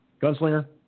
Gunslinger